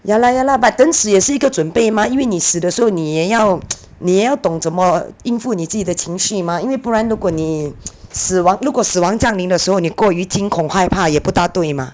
ya la ya la but 等死也是一个准备 mah 因为你死的时候你也要 你要懂怎么应付你自己的情绪 mah 因为不然如果你 死亡如果死亡降临的时候你过于惊恐害怕也不大对 mah